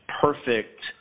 perfect